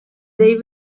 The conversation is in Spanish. david